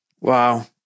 Wow